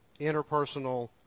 interpersonal